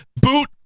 boot